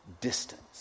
distance